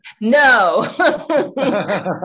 no